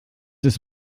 ist